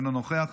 אינו נוכח,